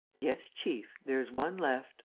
yes, chief, there's one left.